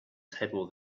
table